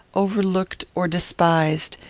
overlooked or despised,